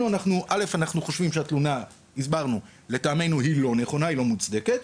ראשית, אנחנו חושבים שהתלונה היא לא מוצדקת.